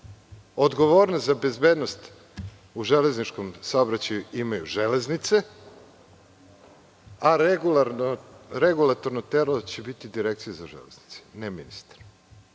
Odgovornost za bezbednost u železničkom saobraćaju imaju „Železnice“, a regulatorno telo će biti Direkcija za železnice, ne ministar. Zakon